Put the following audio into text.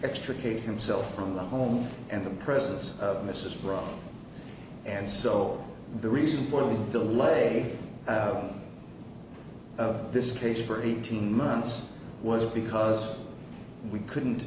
extricate himself from the home and the presence of mrs brown and so the reason for the lay of this case for eighteen months was because we couldn't